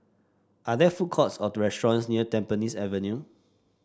are there food courts or restaurants near Tampines Avenue